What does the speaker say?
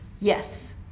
yes